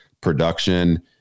Production